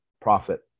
profit